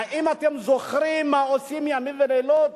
האם אתם זוכרים מה עושים ימים ולילות